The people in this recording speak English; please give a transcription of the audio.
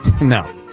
No